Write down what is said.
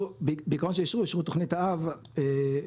בעיקרון שאישרו אישרו תוכנית אב ל-2040,